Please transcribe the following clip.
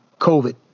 COVID